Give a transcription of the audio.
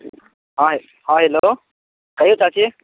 हँ हँ हेलो कहियौ चाची